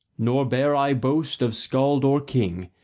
nor bear i boast of scald or king,